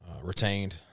Retained